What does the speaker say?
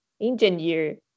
engineer